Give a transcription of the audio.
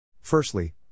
Firstly